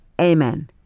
Amen